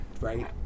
right